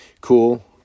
Cool